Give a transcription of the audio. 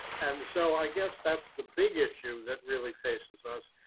and so, i guess that's the big issue that really faces us.